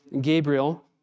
Gabriel